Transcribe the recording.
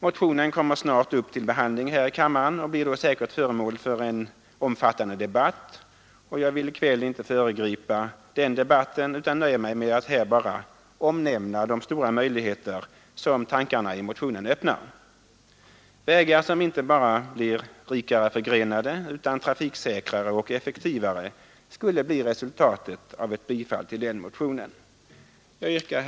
Motionen kommer snart upp till behandling här i kammaren och blir då säkert föremål för en omfattande debatt, och jag vill i kväll inte föregripa den debatten utan nöjer mig med att här bara omnämna de stora möjligheter som tankarna i motionen öppnar. Vägar som inte bara blir rikare förgrenade utan trafiksäkrare och effektivare skulle bli resultatet av ett bifall till den motionen. Herr talman!